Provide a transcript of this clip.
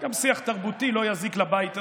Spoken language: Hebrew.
גם שיח תרבותי, לא יזיק לבית הזה,